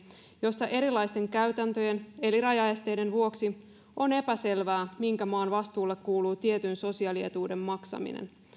jossa erilaisten käytäntöjen eli rajaesteiden vuoksi on epäselvää minkä maan vastuulle kuuluu tietyn sosiaalietuuden maksaminen myös